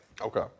Okay